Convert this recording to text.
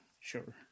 Sure